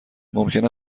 ممکن